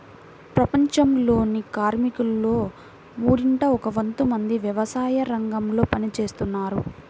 ప్రపంచంలోని కార్మికులలో మూడింట ఒక వంతు మంది వ్యవసాయరంగంలో పని చేస్తున్నారు